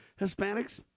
hispanics